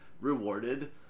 rewarded